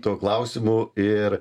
tuo klausimu ir